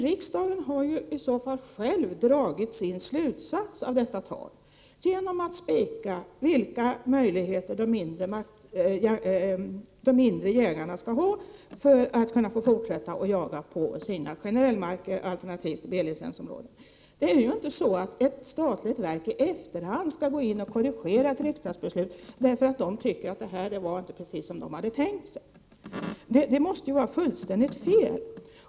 Riksdagen har i så fall själv dragit sin slutsats av detta tal genom att ”spika” vilka möjligheter de mindre jägarna skall ha för att kunna få fortsätta att jaga på sina generellmarker, alternativt B-licensområden. Ett statligt verk skall inte i efterhand gå in och korrigera ett riksdagsbeslut, därför att det tycker att beslutet inte var precis sådant som verket hade tänkt sig. Det måste vara fullständigt fel.